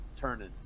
turning